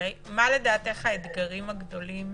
מה לדעתך האתגרים הגדולים